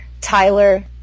Tyler